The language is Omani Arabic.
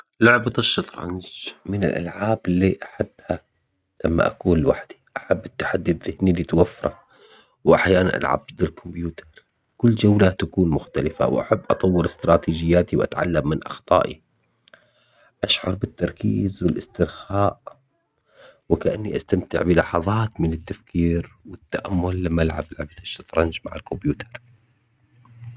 لعبة الشطرنج من الألعاب اللي أحبها لما أكون لوحدي أحب التحدي الذهني اللي توفره، وأحياناً ألعب ضد الكمبيوتر كل جولة تكون مختلفة وأحب أطور استراتيجياتي وأتعلم من أخطائي، أشعر بالتركيز والاسترخاء وكأني أستمتع بلحظات من التفكير والتأمل لما ألعب لعبة الشطرنج مع الكمبيوتر.